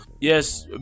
yes